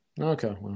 Okay